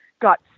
got